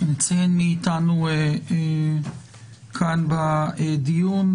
נמצאים איתנו כאן בדיון,